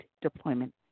deployment